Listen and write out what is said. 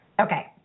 Okay